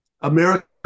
America